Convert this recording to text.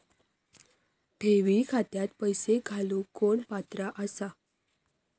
ठेवी खात्यात पैसे घालूक कोण पात्र आसा?